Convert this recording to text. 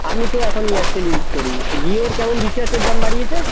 আমি তো এখন এয়ারটেল ইউস করি জিওর কেমন রিচার্জের দাম বাড়িয়েছে